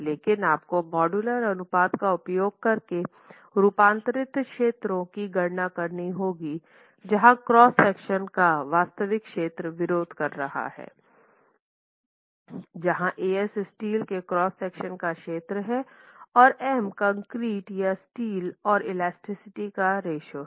लेकिन आपको मॉड्यूलर अनुपात का उपयोग करके रूपांतरित क्षेत्रों की गणना करनी होगी जहां क्रॉस सेक्शन का वास्तविक क्षेत्र विरोध कर रहा है जहाँ As स्टील के क्रॉस सेक्शन का क्षेत्र है और m कंक्रीट या स्टील और इलास्टिसिटी का रेश्यो है